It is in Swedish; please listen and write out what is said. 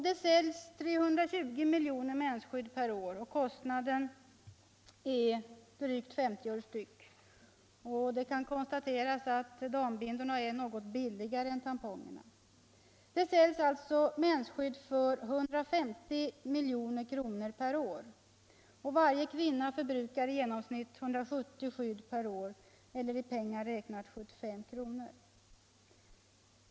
Det säljs 320 miljoner mensskydd per år, och kostnaden är drygt 50 öre per styck. Det kan konstateras att dambindorna är något billigare än tampongerna. Det säljs alltså mensskydd för 150 milj.kr. per år, och varje kvinna förbrukar i genomsnitt 170 skydd per år, eller i pengar räknat 75 kr.